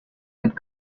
had